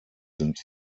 sind